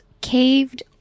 caved